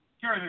Sure